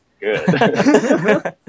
Good